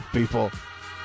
people